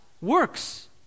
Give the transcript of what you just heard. works